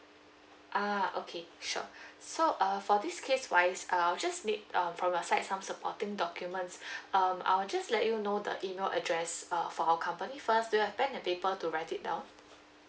ah okay sure so uh for this case wise I'll just need um from your side some supporting documents um I'll just let you know the email address uh for our company first do you have pen and paper to write it down